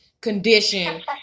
condition